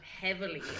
heavily